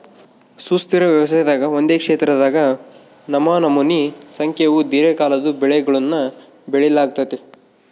ಸುಸ್ಥಿರ ವ್ಯವಸಾಯದಾಗ ಒಂದೇ ಕ್ಷೇತ್ರದಾಗ ನಮನಮೋನಿ ಸಂಖ್ಯೇವು ದೀರ್ಘಕಾಲದ್ವು ಬೆಳೆಗುಳ್ನ ಬೆಳಿಲಾಗ್ತತೆ